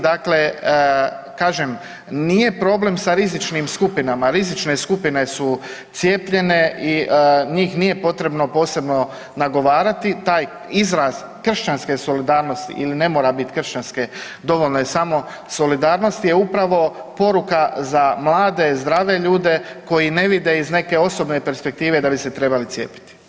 Dakle, kažem nije problem sa rizičnim skupinama, rizične skupine su cijepljene i njih nije potrebno posebno nagovarati, taj izraz kršćanske solidarnosti ili ne mora biti kršćanske, dovoljno je samo solidarnost je upravo poruka za mlade, zdrave ljude koji ne vide iz neke osobne perspektive da bi se trebali cijepiti.